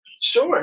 Sure